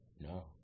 No